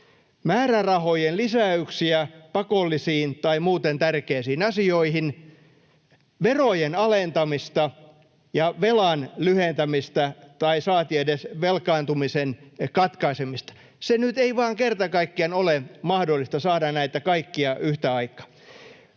määrärahojen lisäyksiä pakollisiin tai muuten tärkeisiin asioihin, verojen alentamista ja velan lyhentämistä, saati edes velkaantumisen katkaisemista. Se nyt ei vain kerta kaikkiaan ole mahdollista saada näitä kaikkia yhtä aikaa.